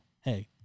hey